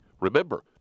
Remember